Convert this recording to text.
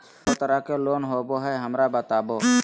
को तरह के लोन होवे हय, हमरा बताबो?